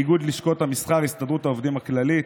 איגוד לשכות המסחר, הסתדרות העובדים הכללית.